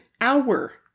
hour